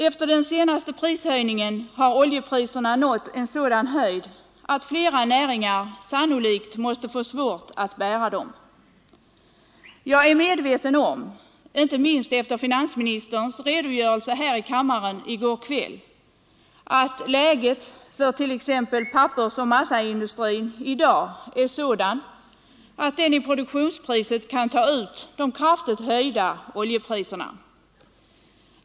Efter den senaste prishöjningen har oljepriserna nått en sådan höjd att flera näringar sannolikt måste få svårt att bära dem. Jag är medveten om — inte minst efter finansministerns redogörelse här i kammaren i går kväll — att läget för t.ex. pappersoch massaindustrin nu är sådant att den i produktionspriset kan ta ut de kraftigt höjda oljepriserna.